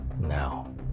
Now